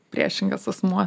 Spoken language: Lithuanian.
priešingas asmuo